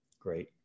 Great